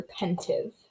repentive